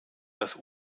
das